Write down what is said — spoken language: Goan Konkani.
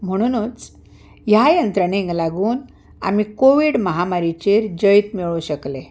म्हणुनूच ह्या यंत्रणेक लागून आमी कोवीड महामारीचेर जैत मेळोवं शकले